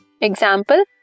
Example